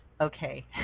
okay